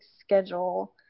schedule